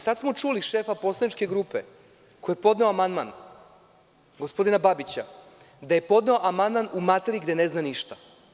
Sad smo čuli od šefa poslaničke grupe koji je podneo amandman, gospodina Babića, da je podneo amandman u materiji o kojoj ne zna ništa.